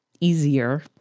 easier